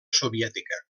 soviètica